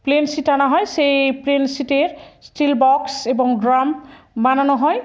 plane sheet আনা হয় সেই প্লেনশিটের স্টিল বক্স এবং ড্রাম বানানো হয়